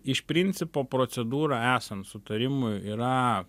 iš principo procedūra esant sutarimui yra